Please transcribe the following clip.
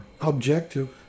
Objective